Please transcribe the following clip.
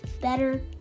better